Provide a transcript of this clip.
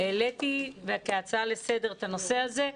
העליתי כהצעה לסדר את הנושא הזה.